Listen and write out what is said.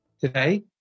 Today